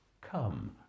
Come